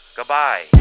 Goodbye